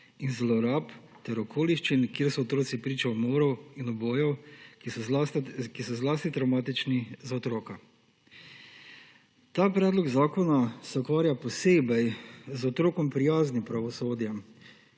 in zlorab ter okoliščin, kjer so otroci priča umorov in ubojev, ki so zlasti travmatični za otroka. Ta predlog zakona se ukvarja posebej z otrokom prijaznim pravosodjem,